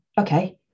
okay